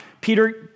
Peter